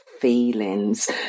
feelings